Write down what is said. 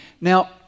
Now